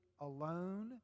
alone